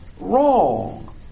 wrong